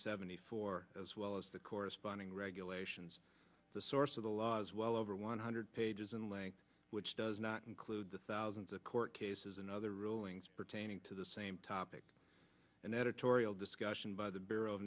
seventy four as well as the corresponding regulations the source of the laws well over one hundred pages in length which does not include the thousands of court cases and other rulings pertaining to the same topic an editorial discussion by the b